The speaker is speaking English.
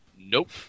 Nope